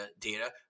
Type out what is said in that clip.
data